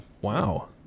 Wow